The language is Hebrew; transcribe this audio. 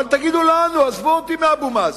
תגידו לנו, עזבו את אבו מאזן,